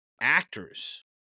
actors